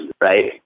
Right